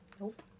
Nope